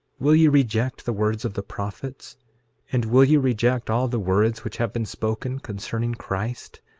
will ye reject the words of the prophets and will ye reject all the words which have been spoken concerning christ,